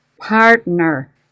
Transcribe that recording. partner